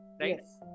Yes